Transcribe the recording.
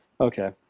Okay